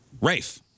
Rafe